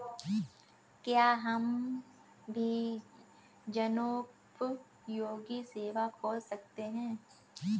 क्या हम भी जनोपयोगी सेवा खोल सकते हैं?